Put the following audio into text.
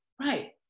Right